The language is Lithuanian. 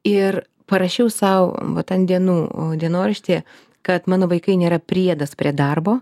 ir parašiau sau vat ant dienų dienoraštyje kad mano vaikai nėra priedas prie darbo